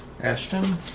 Ashton